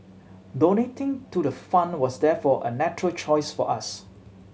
donating to the fund was therefore a natural choice for us